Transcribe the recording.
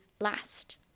last